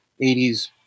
80s